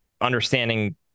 understanding